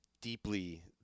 deeply